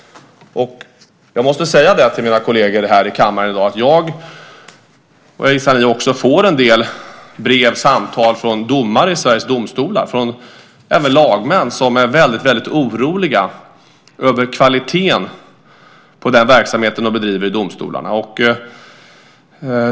Jag måste säga till mina kolleger här i kammaren i dag att jag - ni också, gissar jag - får en del brev och samtal från domare i Sveriges domstolar och även från lagmän som är väldigt oroliga över kvaliteten på den verksamhet man bedriver i domstolarna.